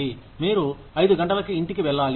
మీరు ఐదు గంటలకి ఇంటికి వెళ్లాలి